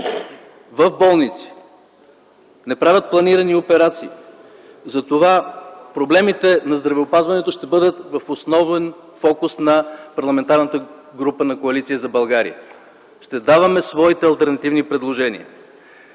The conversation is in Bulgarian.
в болници. Не правят планирани операции. Затова проблемите на здравеопазването ще бъдат в основен фокус на Парламентарната група на Коалиция за България. Ще даваме своите алтернативни предложения.